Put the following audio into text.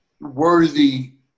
worthy